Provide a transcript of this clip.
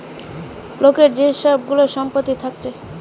লোকের যে সব গুলা সম্পত্তি থাকছে